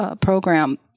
program